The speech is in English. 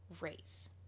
race